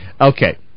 okay